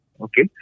Okay